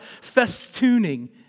festooning